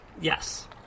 Yes